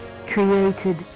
created